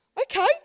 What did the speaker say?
okay